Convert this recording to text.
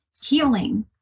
healing